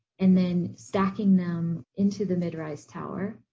and then stacking them into the mid-rise tower.